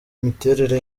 imiterere